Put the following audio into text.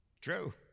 True